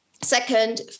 Second